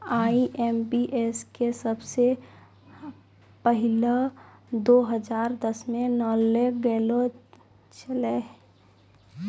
IMPS के सबसे पहिलै दो हजार दसमे लानलो गेलो छेलै